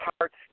hearts